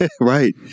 Right